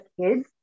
Kids